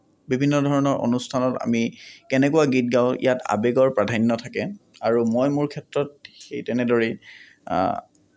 বিভিন্ন ধৰণৰ অনুষ্ঠানত আমি কেনেকুৱা গীত গাওঁ ইয়াত আৱেগৰ প্ৰাধান্য থাকে আৰু মই মোৰ ক্ষেত্ৰত সেই তেনেদৰেই